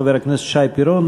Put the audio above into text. חבר הכנסת שי פירון,